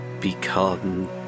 become